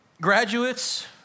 graduates